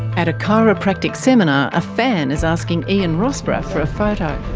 at a chiropractic seminar, a fan is asking ian rossborough for a photo.